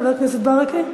וחבר הכנסת ברכה,